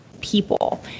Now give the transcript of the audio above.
people